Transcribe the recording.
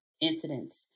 incidents